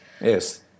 yes